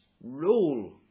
role